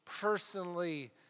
personally